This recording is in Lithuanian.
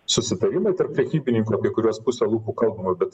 susitarimai tarp prekybininkų apie kuriuos puse lūpų kalbama bet